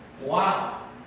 Wow